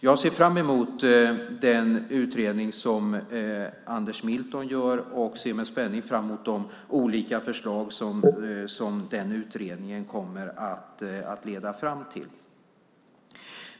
Jag ser fram emot den utredning som Anders Milton gör, och jag ser med spänning fram emot de olika förslag som utredningen kommer att leda fram till.